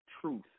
truth